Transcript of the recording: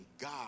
God